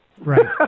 Right